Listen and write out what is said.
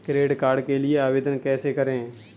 Credit card के लिए आवेदन कैसे करें?